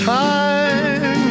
time